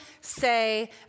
say